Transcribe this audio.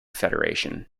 federation